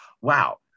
Wow